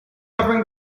covering